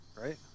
Right